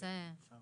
כן, את זה הבנו.